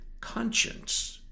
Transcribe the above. conscience